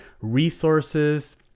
resources